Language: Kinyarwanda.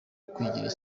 kwigirira